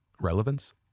relevance